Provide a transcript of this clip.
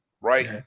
right